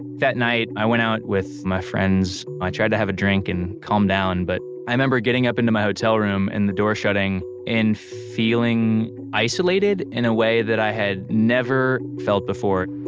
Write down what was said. that night i went out with my friends. i tried to have a drink and calm down but, i remember getting up into my hotel room and the door shutting and feeling isolated in a way that i had never felt before.